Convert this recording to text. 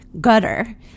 gutter